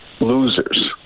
Losers